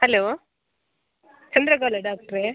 hello Chandrakala ಡಾಕ್ಟ್ರೇ